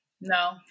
No